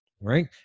right